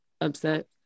Upset